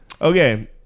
okay